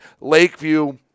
Lakeview